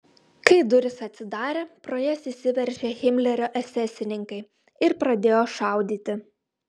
kai durys atsidarė pro jas įsiveržė himlerio esesininkai ir pradėjo šaudyti